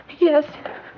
Yes